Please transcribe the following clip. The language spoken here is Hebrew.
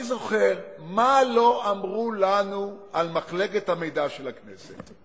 אני זוכר מה לא אמרו לנו על מחלקת המידע של הכנסת.